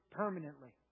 permanently